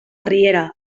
riera